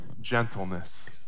gentleness